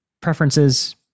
preferences